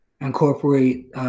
incorporate